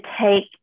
take